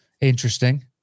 Interesting